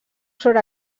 sobre